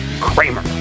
Kramer